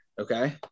okay